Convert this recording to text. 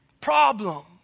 Problem